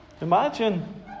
Imagine